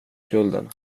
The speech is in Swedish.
skulden